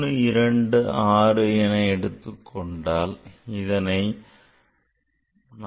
326 எடுத்துக்கொண்டால் அதனை 45